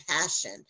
passion